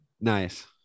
Nice